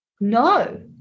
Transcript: no